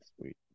Sweet